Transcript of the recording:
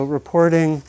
reporting